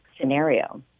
scenario